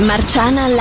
Marciana